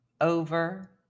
Over